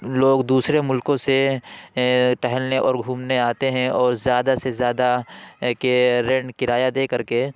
لوگ دوسرے ملکوں سے ٹہلنے اور گھومنے آتے ہیں اور زیادہ سے زیادہ کے رینٹ کرایہ دے کر کے